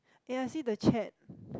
eh I see the chat